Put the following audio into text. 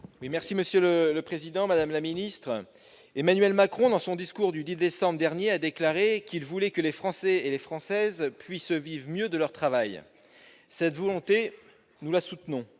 parole est à M. Guillaume Gontard. Emmanuel Macron, dans son discours du 10 décembre dernier, a déclaré qu'il voulait que les Françaises et les Français « puissent vivre mieux de leur travail ». Cette volonté, nous la soutenons.